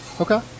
Okay